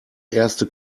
erste